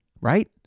right